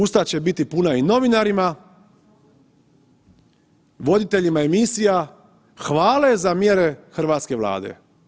A usta će biti puna i novinarima, voditeljima emisija hvale za mjere hrvatske Vlade.